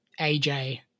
AJ